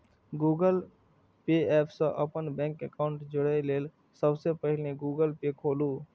Google Pay app सं अपन bank account जोड़य लेल सबसं पहिने गूगल पे खोलू